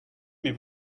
mais